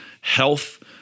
health